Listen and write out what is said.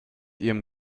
ihrem